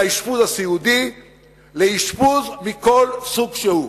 אי-הפרדה בין האשפוז הסיעודי לאשפוז מכל סוג שהוא.